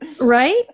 Right